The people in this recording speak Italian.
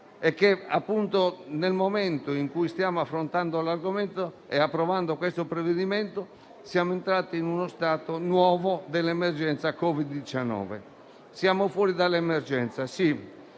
è che, nel momento in cui stiamo affrontando l'argomento e approvando il provvedimento al nostro esame, siamo entrati in uno stato nuovo dell'emergenza Covid-19. Siamo fuori dall'emergenza: sì,